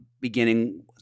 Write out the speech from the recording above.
beginning